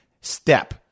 step